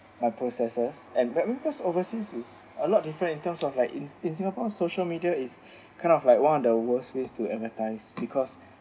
my processes and because overseas is a lot different in terms of like in in singapore's social media is kind of like one of the worst ways to advertise because